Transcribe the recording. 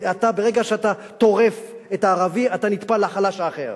ברגע שאתה טורף את הערבי, אתה נטפל לחלש האחר.